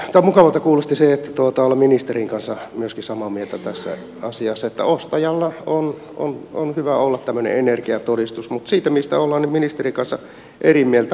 mukavalta kuulosti se että ollaan ministerin kanssa myöskin samaa mieltä tässä asiassa että ostajalla on hyvä olla tämmöinen energiatodistus mutta se mistä ollaan nyt ministerin kanssa eri mieltä on pakottaminen